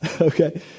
Okay